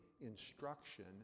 instruction